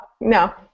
no